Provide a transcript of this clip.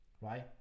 right